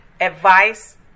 Advice